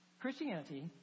Christianity